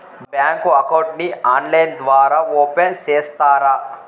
Bank account ని online ద్వారా open సేస్తారా?